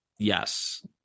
Yes